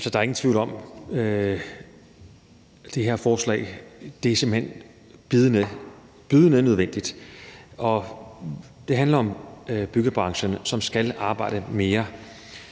Der er ingen tvivl om, at det her forslag simpelt hen er bydende nødvendigt. Det handler om byggebranchen, som skal arbejde mere